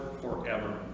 forever